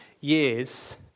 years